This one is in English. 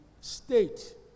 state